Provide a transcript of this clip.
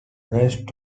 rest